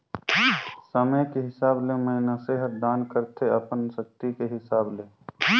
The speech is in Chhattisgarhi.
समे के हिसाब ले मइनसे हर दान करथे अपन सक्ति के हिसाब ले